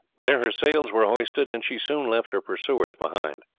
there her sails were hoisted, and she soon left her pursuers behind.